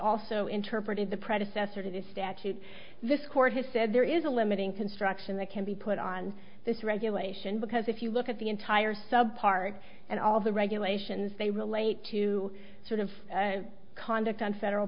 also interpreted the predecessor to this statute this court has said there is a limiting construction that can be put on this regulation because if you look at the entire sub part and all the regulations they relate to sort of conduct on federal